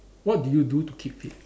what do you do to keep fit